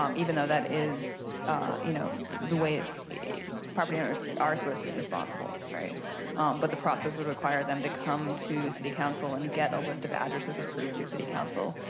um even though that is you know the way property owners are supposed to be responsible. but the process would require them to come to city council and get a list of addresses approved through city council.